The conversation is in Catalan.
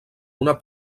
una